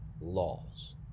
laws